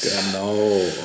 Genau